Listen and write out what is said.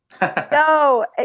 No